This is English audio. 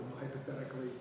hypothetically